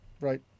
right